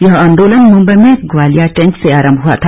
यह आंदोलन मुम्बई में ग्वालिया टैंक से आरम्भ हुआ था